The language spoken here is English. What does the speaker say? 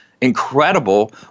incredible